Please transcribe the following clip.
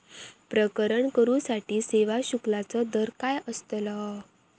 प्रकरण करूसाठी सेवा शुल्काचो दर काय अस्तलो?